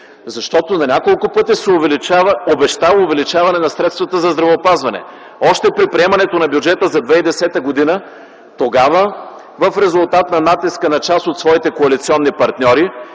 защото на няколко пъти се обещава увеличаване на средствата за здравеопазване. Още при приемането на бюджета за 2010 г., тогава, в резултат на натиска на своите коалиционни партньори,